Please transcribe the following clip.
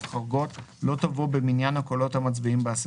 חורגות לא תבוא במניין הקולות המצביעים באסיפה,